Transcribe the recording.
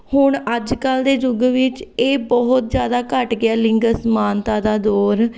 ਹੁਣ ਅੱਜ ਕੱਲ੍ਹ ਦੇ ਯੁੱਗ ਵਿੱਚ ਇਹ ਬਹੁਤ ਜ਼ਿਆਦਾ ਘੱਟ ਗਿਆ ਲਿੰਗ ਅਸਮਾਨਤਾ ਦਾ ਦੌਰ